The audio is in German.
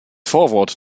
vorwort